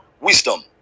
Wisdom